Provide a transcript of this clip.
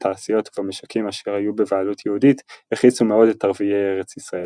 בתעשיות ובמשקים אשר היו בבעלות יהודית הכעיסו מאוד את ערביי ארץ ישראל.